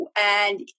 And-